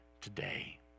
today